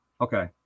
Okay